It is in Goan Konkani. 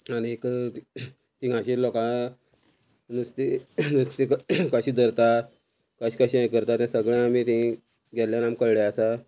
आनीक तिंगाचेर लोकां नुस्ते नुस्तें कशें धरता कशें कशें हें करता ते सगळे आमी ते गेल्ल्यान आमी कळ्ळें आसा